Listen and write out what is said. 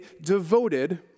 devoted